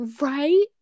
right